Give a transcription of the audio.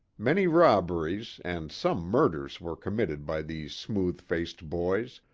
many robberies and some murders were committed by these smooth-faced boys,